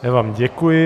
Já vám děkuji.